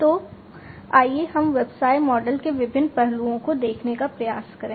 तो आइए हम व्यवसाय मॉडल के विभिन्न पहलुओं को देखने का प्रयास करें